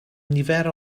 nifer